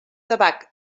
tabac